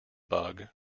bug